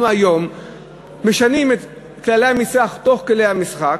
אנחנו היום משנים את כללי המשחק תוך כדי המשחק,